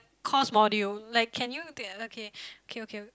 course module like can you take okay okay okay